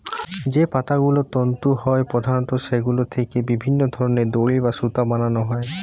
যে পাতাগুলো তন্তু হয় প্রধানত সেগুলো থিকে বিভিন্ন ধরনের দড়ি বা সুতো বানানা হয়